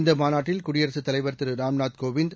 இந்தமாநாட்டில் குடியரசுத் தலைவர் திருராம்நாத் கோவிந்த்